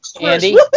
Andy